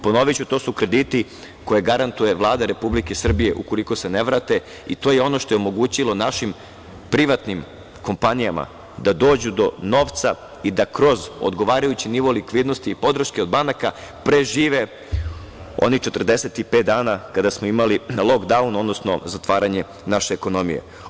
Ponoviću, to su krediti koje garantuje Vlada Republike Srbije ukoliko se ne vrate i to je ono što je omogućilo našim privatnim kompanijama da dođu do novca i da kroz odgovarajući nivo likvidnosti i podrške od banaka prežive onih 45 dana kada smo imali lokdaun, odnosno zatvaranje naše ekonomije.